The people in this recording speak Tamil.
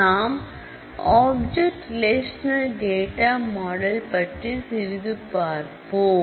நாம் ஆப்ஜெக்ட் ரெலேஷனல் டேட்டா மாடல் பற்றி சிறிது பார்ப்போம்